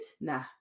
Nah